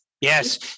Yes